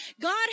God